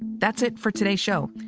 that's it for today's show.